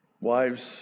Wives